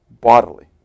bodily